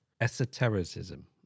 esotericism